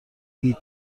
هیچ